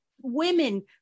women